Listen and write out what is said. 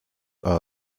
are